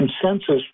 consensus